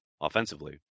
offensively